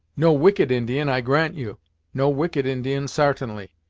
no wicked indian, i grant you no wicked indian, sartainly.